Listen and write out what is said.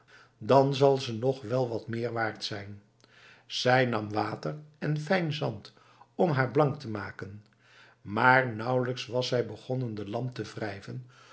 dan zal ze nog wel wat meer waard zijn zij nam water en fijn zand om haar blank te maken maar nauwelijks was zij begonnen de lamp te wrijven